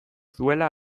zuela